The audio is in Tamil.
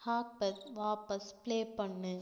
ஹாக்பத் வாபஸ் பிளே பண்ணு